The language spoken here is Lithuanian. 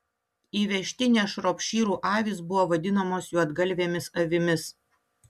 įvežtinės šropšyrų avys buvo vadinamos juodgalvėmis avimis